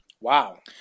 Wow